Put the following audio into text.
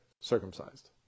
circumcised